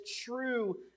true